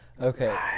okay